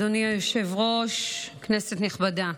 אדוני היושב-ראש, כנסת נכבדה,